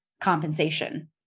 compensation